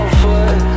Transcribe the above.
foot